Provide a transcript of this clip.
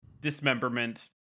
dismemberment